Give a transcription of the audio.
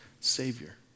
savior